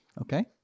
Okay